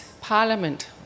parliament